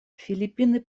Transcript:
филиппины